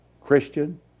Christian